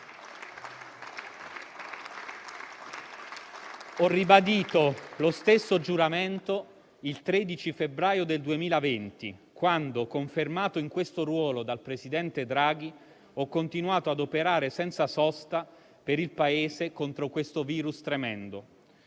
Ho ribadito lo stesso giuramento il 13 febbraio 2021 quando, confermato in questo ruolo dal presidente Draghi, ho continuato ad operare senza sosta per il Paese contro questo *virus* tremendo.